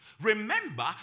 Remember